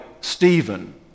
Stephen